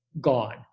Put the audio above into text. gone